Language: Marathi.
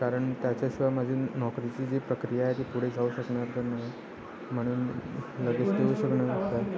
कारण त्याच्याशिवाय माझी नोकरीची जी प्रक्रिया आहे ती पुढे जाऊ शकणार तर मला म्हणून लगेच देऊ शकणार